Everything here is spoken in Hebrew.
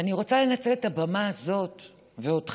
אני רוצה לנצל את הבמה הזאת ואותך,